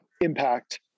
impact